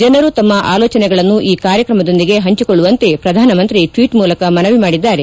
ಜನರು ತಮ್ಮ ಆಲೋಜನೆಗಳನ್ನು ಈ ಕಾರ್ಯತ್ರಮದೊಂದಿಗೆ ಪಂಚಿಕೊಳ್ಳುವಂತೆ ಪ್ರಧಾನಮಂತ್ರಿ ಟ್ವೀಟ್ ಮೂಲಕ ಮನವಿ ಮಾಡಿದಾರೆ